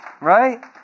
Right